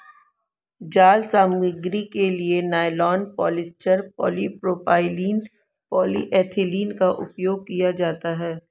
जाल सामग्री के लिए नायलॉन, पॉलिएस्टर, पॉलीप्रोपाइलीन, पॉलीएथिलीन का उपयोग किया जाता है